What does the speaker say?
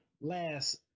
last